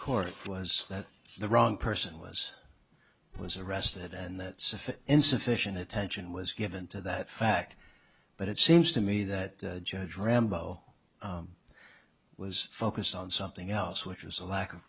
court was that the wrong person was was arrested and that's insufficient attention was given to that fact but it seems to me that judge rambo was focused on something else which is a lack of